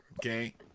Okay